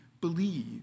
believe